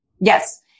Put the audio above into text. Yes